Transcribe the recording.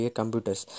computers